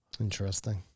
Interesting